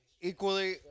equally